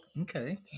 Okay